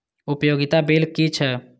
उपयोगिता बिल कि छै?